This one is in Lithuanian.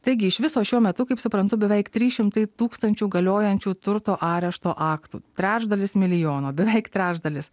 taigi iš viso šiuo metu kaip suprantu beveik trys šimtai tūkstančių galiojančių turto arešto aktų trečdalis milijono beveik trečdalis